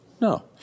No